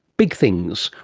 big things.